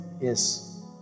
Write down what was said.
Yes